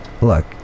Look